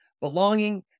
belonging